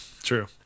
True